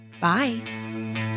Bye